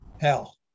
hell